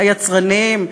היצרניים,